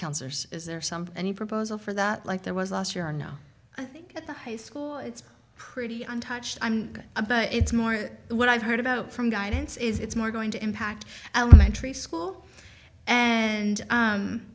counselors is there something any proposal for that like there was last year or no i think at the high school it's pretty untouched a but it's more what i've heard about from guidance is it's more going to impact elementary school